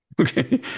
okay